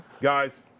Guys